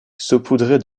saupoudrée